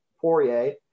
Poirier